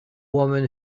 woman